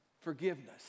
Forgiveness